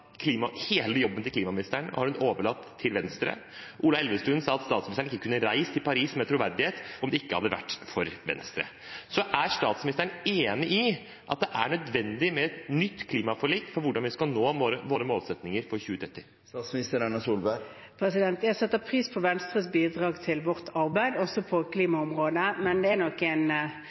klimaministeren har overlatt hele jobben sin til Venstre. Ola Elvestuen har sagt at statsministeren ikke kunne ha reist til Paris med troverdighet om det ikke hadde vært for Venstre. Er statsministeren enig i at det er nødvendig med et nytt klimaforlik for at vi skal nå våre målsettinger for 2030? Jeg setter pris på Venstres bidrag til vårt arbeid også på klimaområdet, men det er nok en